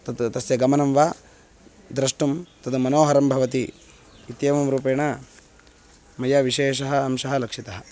तत् तस्य गमनं वा द्रष्टुं तद् मनोहरं भवति इत्येवं रूपेण मया विशेषः अंशः लक्षितः